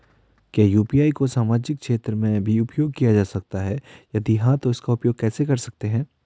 क्या यु.पी.आई को सामाजिक क्षेत्र में भी उपयोग किया जा सकता है यदि हाँ तो इसका उपयोग कैसे कर सकते हैं?